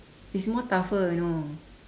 it's more tougher you know